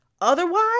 Otherwise